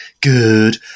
Good